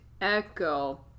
Echo